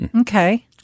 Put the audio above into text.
Okay